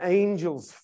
angels